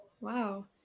Wow